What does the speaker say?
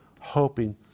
hoping